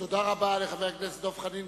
תודה רבה לחבר הכנסת דב חנין,